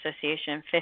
Association